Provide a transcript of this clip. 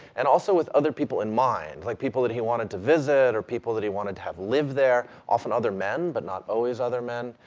and also with other people in mind, like people he wanted to visit, or people that he wanted to have live there, often other men, but not always other men.